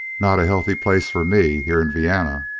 not a healthy place for me, here in vienna,